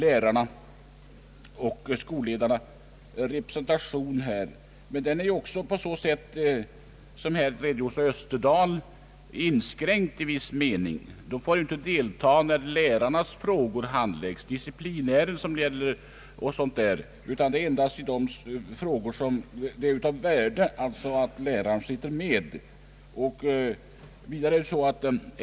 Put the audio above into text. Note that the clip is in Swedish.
Lärarna och skolledarna har således nu representation i skolstyrelserna, men den är, såsom herr Österdahl har redogjort för, i viss utsträckning inskränkt. De får inte delta när frågor rörande lärarna handläggs — disciplin ärenden och liknande — utan bara i frågor där det är av värde att en lärare sitter med.